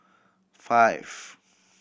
five